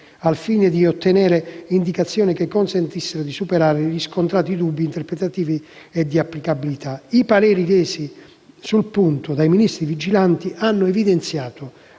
al fine di ottenere indicazioni che consentissero di superare i riscontrati dubbi interpretativi e di applicabilità. I pareri resi sul punto dai Ministeri vigilanti hanno evidenziato,